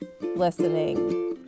listening